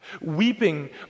Weeping